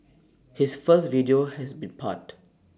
his first video has been panned